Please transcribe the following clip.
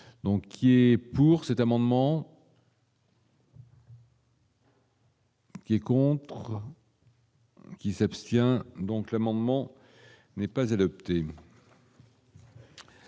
Donc, il est pour cet amendement. Est content. Qui s'abstient donc l'amendement n'est pas adopté.